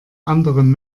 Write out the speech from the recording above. anderen